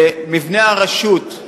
ומבנה הרשות,